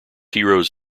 heroes